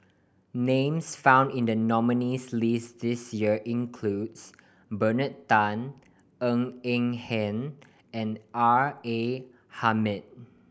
names found in the nominees' list this year include Bernard Tan Ng Eng Hen and R A Hamid